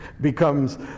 becomes